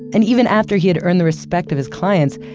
and even after he had earned the respect of his clients,